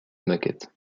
maquette